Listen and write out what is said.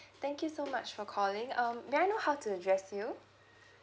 thank you so much for calling um may I know how to address you